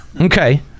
Okay